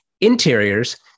Interiors